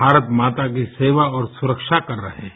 भारत माता की सेवा और सुरखा कर रहे हैं